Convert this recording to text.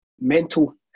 mental